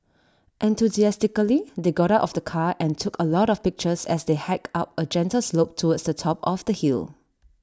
enthusiastically they got out of the car and took A lot of pictures as they hiked up A gentle slope towards the top of the hill